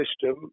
system